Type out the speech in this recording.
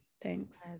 Thanks